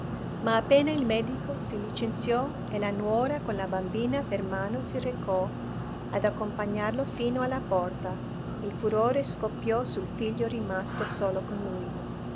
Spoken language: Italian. ma appena il medico si licenziò e la nuora con la bambina per mano si recò ad accompagnarlo fino alla porta il furore scoppiò sul figlio rimasto solo con lui